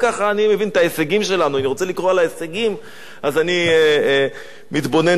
אם אני רוצה לקרוא על ההישגים אז אני מתבונן בכמה מהכתבות שיש שם.